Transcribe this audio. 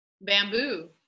Bamboo